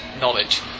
knowledge